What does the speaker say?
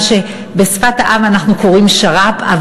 מה שבשפת העם אנחנו קוראים שר"פ.